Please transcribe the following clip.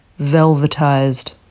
velvetized